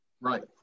Right